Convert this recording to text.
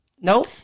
Nope